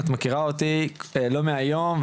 את מכירה אותי לא מהיום.